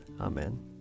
Amen